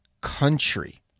country